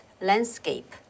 Landscape